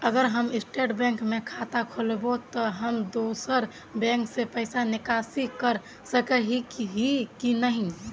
अगर हम state bank में खाता खोलबे तो हम दोसर बैंक से पैसा निकासी कर सके ही की नहीं?